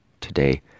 today